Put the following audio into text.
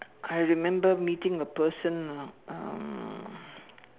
I remember meeting a person uh um